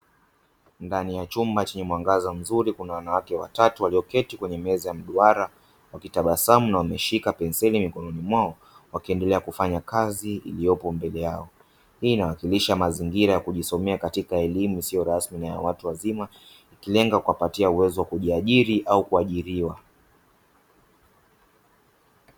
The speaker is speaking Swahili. Ndani ya chumba chenye mwangaza mzuri, kuna wanawake watatu waliyoketi kwenye meza ya mduara wakitabasamu na wameshika penseli mikononi mwao wakiendelea kufanya kazi iliyopo mbele yao, hii inawakilisha mazingira ya kujisomea katika elimu isiyo rasmi na ya watu wazima ikilenga kuwapatia uwezo wa kujiajiri au kuajiriwa.